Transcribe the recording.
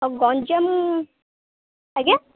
ଆଉ ଗଞ୍ଜାମ ଆଜ୍ଞା